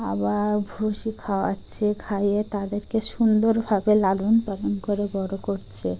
আবার ভুষি খাওয়াচ্ছে খাইয়ে তাদেরকে সুন্দরভাবে লালন পালন করে বড় করছে